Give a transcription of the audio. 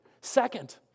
Second